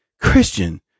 Christian